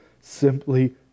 simply